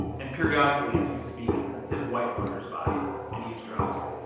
and periodically as we speak, his wife wanders by and eavesdrops